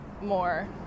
more